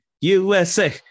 USA